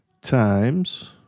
times